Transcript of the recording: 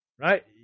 Right